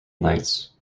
knights